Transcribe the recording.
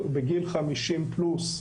בגיל 50 פלוס,